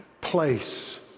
place